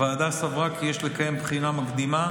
הוועדה סברה כי יש לקיים בחינה מקדימה